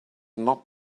not